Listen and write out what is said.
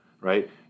right